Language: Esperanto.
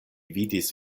vidis